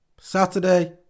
Saturday